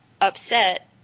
upset